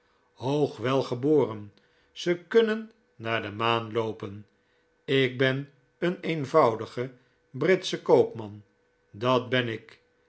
hoogwelgeboren ze kunnen naar de maan loopen ik ben een eenvoudige britsche koopman dat ben ik